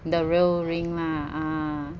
the real ring lah ah